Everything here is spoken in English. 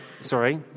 Sorry